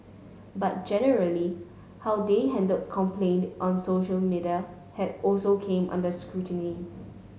but generally how they handled complaint on social media has also come under scrutiny